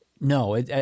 no